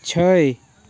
छै